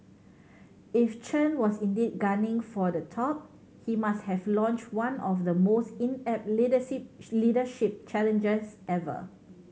if Chen was indeed gunning for the top he must have launched one of the most inept leadership challenges ever